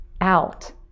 out